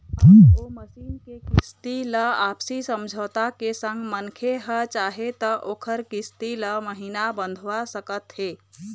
अब ओ मसीन के किस्ती ल आपसी समझौता के संग मनखे ह चाहे त ओखर किस्ती ल महिना बंधवा सकत हे